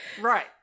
Right